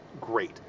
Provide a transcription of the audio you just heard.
great